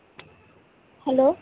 hello